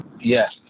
yes